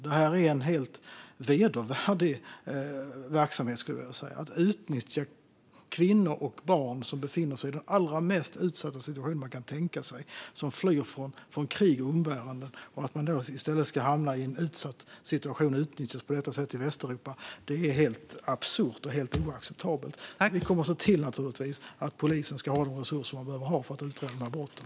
Det här är en helt vedervärdig verksamhet - att utnyttja kvinnor och barn som befinner sig i den allra mest utsatta situation man kan tänka sig och som flyr från krig och umbäranden. Att de då i stället ska hamna i en ny utsatt situation och utnyttjas på detta sätt i Västeuropa är helt absurt och helt oacceptabelt. Vi kommer naturligtvis att se till att polisen har de resurser de behöver ha för att utreda de här brotten.